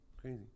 Crazy